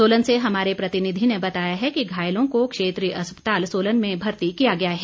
सोलन से हमारे प्रतिनिधि ने बताया है कि घायलों को क्षेत्रीय अस्पताल सोलन में भर्ती किया गया है